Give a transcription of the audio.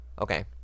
Okay